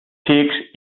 xics